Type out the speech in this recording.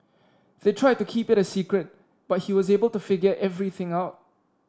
they tried to keep it a secret but he was able to figure everything out